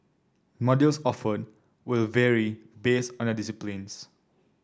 modules offered will vary based on their disciplines